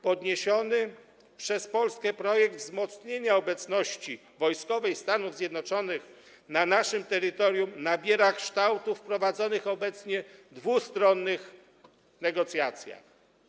Podniesiony przez Polskę projekt wzmocnienia obecności wojskowej Stanów Zjednoczonych na naszym terytorium nabiera kształtów w prowadzonych obecnie dwustronnych negocjacjach.